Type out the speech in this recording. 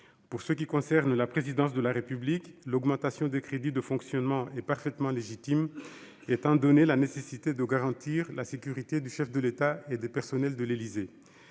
Pour ce qui concerne la présidence de la République, l'augmentation des crédits de fonctionnement est parfaitement légitime, étant donné la nécessité de garantir la sécurité du chef de l'État et des personnels de l'Élysée.